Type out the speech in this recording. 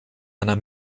einer